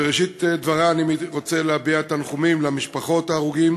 בראשית דברי אני רוצה להביע תנחומים למשפחות ההרוגים